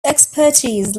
expertise